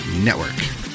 network